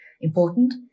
important